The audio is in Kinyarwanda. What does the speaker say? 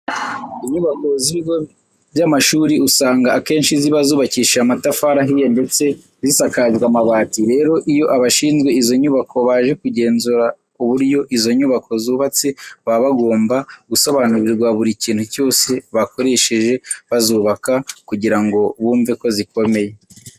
Inyubako z'ibigo by'amashuri usanga akenshi ziba zubakishije amatafari ahiye ndetse zisakajwe amabati. Rero iyo abashinzwe izo nyubako baje kugenzura uburyo izo nyubako zubatswe baba bagomba gusobanurirwa buri kintu cyose bakoresheje bazubaka kugira ngo bumve ko zikomeye.